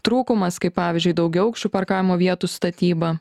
trūkumas kaip pavyzdžiui daugiaaukščių parkavimo vietų statyba